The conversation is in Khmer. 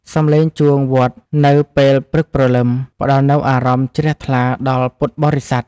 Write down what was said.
សំឡេងជួងវត្តនៅពេលព្រឹកព្រលឹម ផ្តល់នូវអារម្មណ៍ជ្រះថ្លាដល់ពុទ្ធបរិស័ទ។